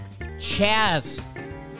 Chaz